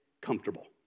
comfortable